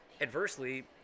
Adversely